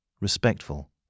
respectful